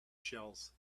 shells